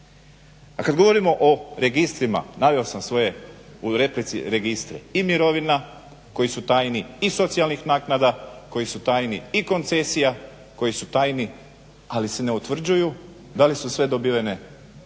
A kad govorimo o registrima, naveo sam sve u replici registra, i mirovina koji su tajni i socijalnih naknada koji su tajni i koncesija koji su tajni ali se ne utvrđuju da li su sve dobivene na